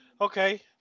Okay